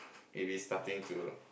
maybe starting to